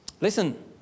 Listen